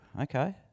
Okay